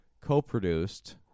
Co-produced